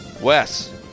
Wes